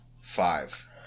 five